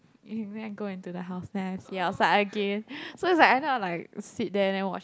eh you go and go into the house then I see outside again so it's like I not like sit there then watch the